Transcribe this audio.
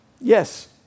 Yes